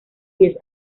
diez